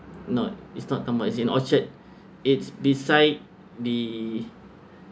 not it's not it's in orchard it's beside the